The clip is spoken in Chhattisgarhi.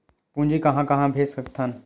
पूंजी कहां कहा भेज सकथन?